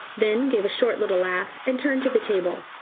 then gave a short little laugh and turned to the table.